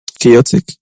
chaotic